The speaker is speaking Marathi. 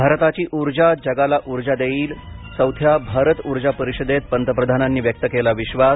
भारताची ऊर्जा जगाला उर्जा देईल चौथ्या भारत ऊर्जा परिषदेत पंतप्रधानांनी व्यक्त केला विश्वास